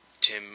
Tim